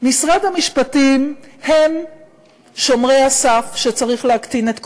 משרד המשפטים הוא שומרי הסף שצריך להקטין את כוחם,